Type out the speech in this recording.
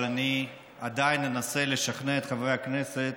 אבל אני עדיין אנסה לשכנע את חברי הכנסת